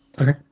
Okay